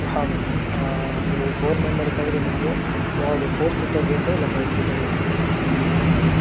ಹಾಂ ಮೇಡಮ್ ನೀವು four members ಆದರೆ ನಿಮಗೆ ಯಾವುದು ಫೋರ್ ಸೀಟರ್ ಬೇಕಾ ಇಲ್ಲ ಫೈವ್ ಸೀಟರ್ ಬೇಕಾಗುತ್ತಾ ಮೇಡಮ್